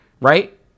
right